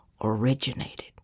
originated